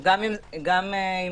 גם אם